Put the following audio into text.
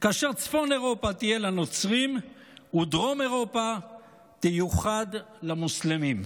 כאשר צפון אירופה תהיה לנוצרים ודרום אירופה תיוחד למוסלמים.